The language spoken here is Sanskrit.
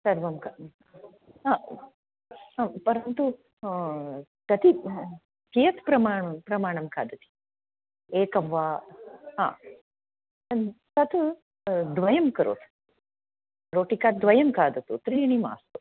सर्वं हं परन्तु कति कियत् प्रमाणं प्रमाणं खाअदति एकं वा हा तत् द्वयं करोतु रोटिका द्वयं खादतु त्रीणि मास्तु